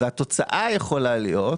והתוצאה יכולה להיות,